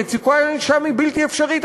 המצוקה שם היא בלתי אפשרית,